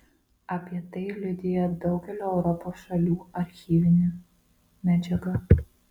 apie tai liudija daugelio europos šalių archyvinė medžiaga